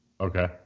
Okay